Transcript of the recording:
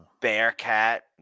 Bearcat